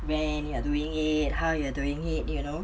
when you are doing it how you're doing it you know